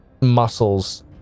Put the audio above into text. muscles